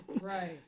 right